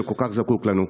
שכל כך זקוק לנו.